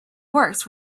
works